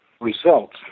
results